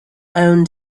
own